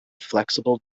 flexible